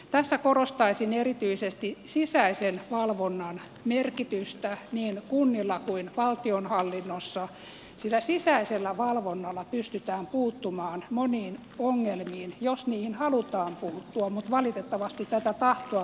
tässä korostaisin erityisesti sisäisen valvonnan merkitystä niin kunnissa kuin valtionhallinnossa sillä sisäisellä valvonnalla pystytään puuttumaan moniin ongelmiin jos niihin halutaan puuttua valitettavasti tätä tahtoa monesti ei ole